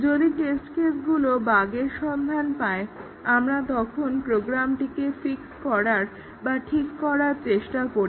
যদি টেস্ট কেসগুলো বাগের সন্ধান পায় আমরা তখন প্রোগ্রামটিকে ফিক্স করার বা ঠিক করার চেষ্টা করি